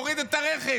הוריד את הרכב.